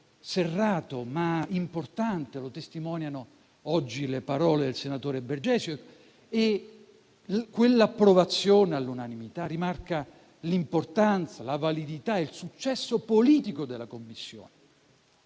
serrato ma importante, come testimoniano oggi le parole del senatore Bergesio. Quell'approvazione all'unanimità rimarca l'importanza, la validità e il successo politico della Commissione.